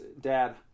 Dad